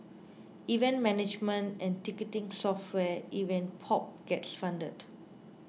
event management and ticketing software Event Pop gets funded